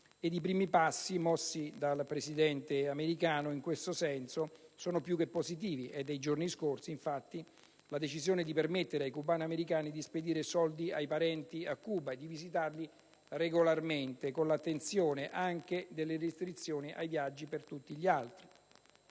Ed i primi passi mossi dal presidente americano in questo senso sono più che positivi: è dei giorni scorsi, infatti, la decisione che permette ai cubano-americani di spedire soldi ai parenti a Cuba e di visitarli regolarmente, con l'attenuazione anche delle restrizioni ai viaggi per tutti gli altri.